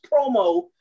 promo